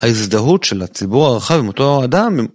ההזדהות של הציבור הרחב עם אותו אדם...